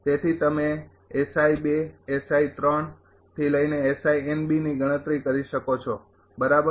તેથી તમે ની ગણતરી કરી શકો છો બરાબર